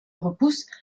repousse